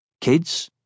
Kids